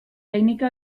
teknika